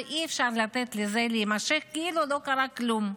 ואי-אפשר לתת לזה להימשך כאילו לא קרה כלום.